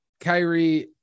Kyrie